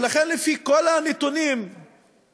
ולכן, לפי כל הנתונים הרשמיים